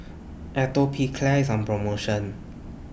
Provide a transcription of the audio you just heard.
Atopiclair IS on promotion